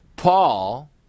Paul